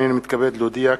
הנני מתכבד להודיע,